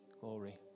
Glory